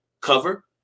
cover